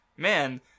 man